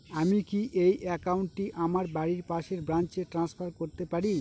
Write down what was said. আমি কি এই একাউন্ট টি আমার বাড়ির পাশের ব্রাঞ্চে ট্রান্সফার করতে পারি?